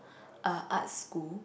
uh art school